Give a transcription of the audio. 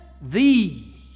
thee